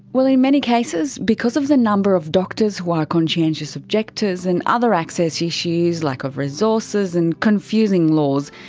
well in many cases, because of the number of doctors who are conscientious objectors and other access issues, lack of resources, and confusing laws,